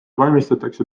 valmistatakse